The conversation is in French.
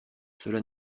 cela